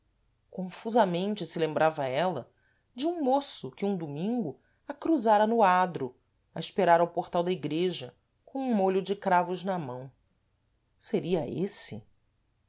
confusamente se lembrava ela de um moço que um domingo a cruzara no adro a esperara ao portal da igreja com um molho de cravos na mão seria êsse